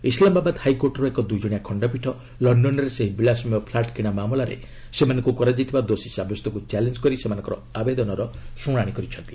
ଇସ୍ଲାମାବାଦ ହାଇକୋର୍ଟର ଏକ ଦୁଇ ଜଣିଆ ଖଣ୍ଡପୀଠ ଲଣ୍ଡନରେ ସେହି ବିଳାସମୟ ଫ୍ଲାଟ୍ କିଣା ମାମଲାରେ ସେମାନଙ୍କୁ କରାଯାଇଥିବା ଦୋଷୀ ସାବ୍ୟସ୍ତକ୍ ଚ୍ୟାଲେଞ୍ଜ୍ କରି ସେମାନଙ୍କ ଆବେଦନର ଶୁଣାଣି କରିଛନ୍ତି